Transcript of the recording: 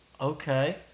Okay